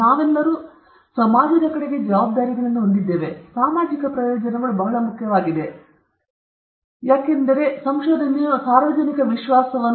ನಾವೆಲ್ಲರೂ ಸಮಾಜದ ಕಡೆಗೆ ಜವಾಬ್ದಾರಿಗಳನ್ನು ಹೊಂದಿದ್ದೇವೆ ಮತ್ತು ಸಾಮಾಜಿಕ ಪ್ರಯೋಜನಗಳು ಬಹಳ ಮುಖ್ಯವಾಗಿವೆ ಏಕೆಂದರೆ ನಾನು ಹೇಳಿದಂತೆ ಈಗ ಪುನರಾವರ್ತಿಸುತ್ತಿದ್ದೇನೆ ಸಂಶೋಧನೆಯು ಸಾರ್ವಜನಿಕ ವಿಶ್ವಾಸವನ್ನು ಆಧರಿಸಿದೆ